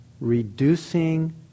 reducing